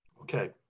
Okay